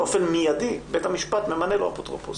באופן מידי, בית המשפט ממנה לו אפוטרופוס.